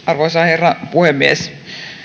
arvoisa herra puhemies on